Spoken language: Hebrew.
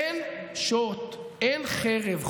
אין שוט, אין חרב.